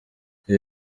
ibi